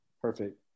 perfect